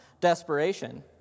desperation